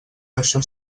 això